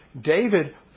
David